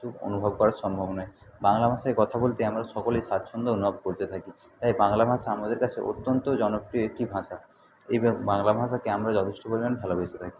সুখ অনুভব করা সম্ভব নয় বাংলা ভাষায় কথা বলতে আমরা সকলেই স্বাচ্ছন্দ্য অনুভব করতে থাকি তাই বাংলা ভাষা আমাদের কাছে অত্যন্ত জনপ্রিয় একটি ভাষা এইভাবে বাংলা ভাষাকে আমরা যথেষ্ট পরিমাণ ভালোবেসে থাকি